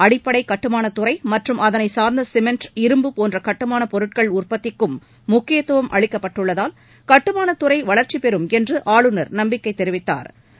அடிப்படை கட்டுமானத் துறை மற்றும் அதனை சார்ந்த சிமெண்ட் இரும்பு போன்ற கட்டுமானப் பொருட்கள் உற்பத்திக்கும் முக்கியத்துவம் அளிக்கப்பட்டுள்ளதால் கட்டுமானத் துறை வளா்ச்சிப் பெறும் என்றும் ஆளுநர் நம்பிக்கை தெரிவித்தாா்